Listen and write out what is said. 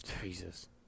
Jesus